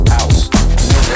House